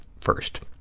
first